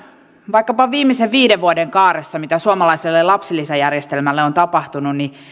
vaikkapa viimeisen viiden vuoden kaaressa mitä suomalaiselle lapsilisäjärjestelmälle on tapahtunut niin